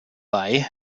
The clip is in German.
bei